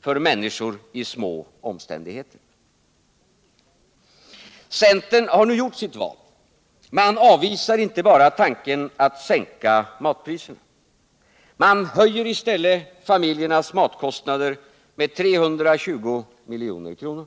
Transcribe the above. för människor i små omständigheter. Centern har nu gjort sitt val. Man avvisar inte bara tanken att sänka matpriserna. Man höjer i stället familjernas matkostnader med 320 milj.kr.